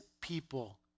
people